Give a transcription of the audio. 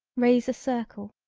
raise a circle,